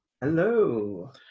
Hello